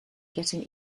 getting